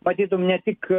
matytum ne tik